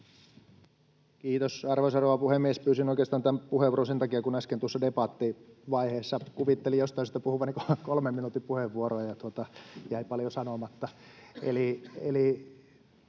Kiitos, arvoisa rouva puhemies! Pyysin oikeastaan tämän puheenvuoron sen takia, että äsken tuossa debattivaiheessa kuvittelin jostain syystä puhuvani kolmen minuutin puheenvuoroa ja jäi paljon sanomatta.